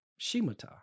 shimata